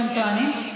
שהם טוענים.